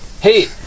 Hey